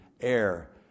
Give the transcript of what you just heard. air